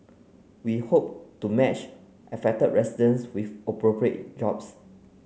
we hope to match affected residents with appropriate jobs